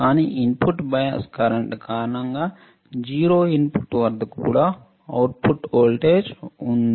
కానీ input bias current కారణంగా 0 input వద్ద కూడా అవుట్పుట్ వోల్టేజ్ ఉంది